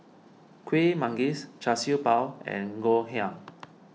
Kueh Manggis Char Siew Bao and Ngoh Hiang